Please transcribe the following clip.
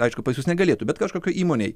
aišku pas jus negalėtų bet kažkokioj įmonėj